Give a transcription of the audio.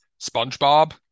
SpongeBob